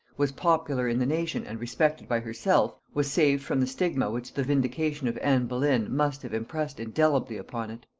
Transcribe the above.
was popular in the nation and respected by herself, was saved from the stigma which the vindication of anne boleyn must have impressed indelibly upon it.